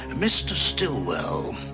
and mr. stillwell,